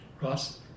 Ross